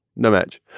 no match.